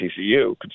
TCU